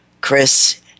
Chris